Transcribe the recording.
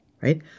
right